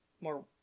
more